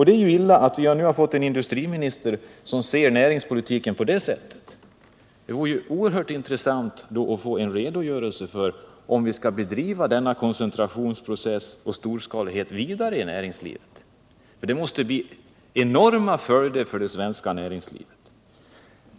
Det är illa att vi nu fått en industriminister som ser näringspolitiken på det sättet, och det vore oerhört intressant att få en bekräftelse på om vi skall driva denna koncentrationsprocess och storskalighet vidare, något som kan få enorma följder för det svenska näringslivet.